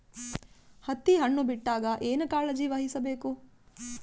ಹತ್ತಿ ಹಣ್ಣು ಬಿಟ್ಟಾಗ ಏನ ಕಾಳಜಿ ವಹಿಸ ಬೇಕು?